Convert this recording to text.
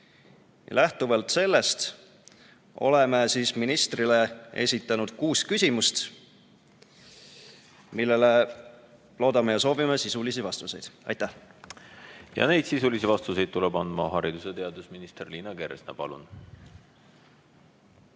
Lähtuvalt sellest oleme ministrile esitanud kuus küsimust, millele soovime sisulisi vastuseid. Aitäh! Neid sisulisi vastuseid tuleb andma haridus- ja teadusminister Liina Kersna. Palun!